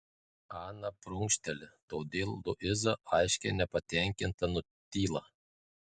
ana prunkšteli todėl luiza aiškiai nepatenkinta nutyla